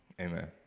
Amen